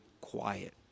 quiet